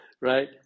right